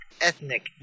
ethnic